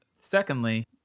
secondly